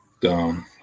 down